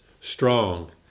strong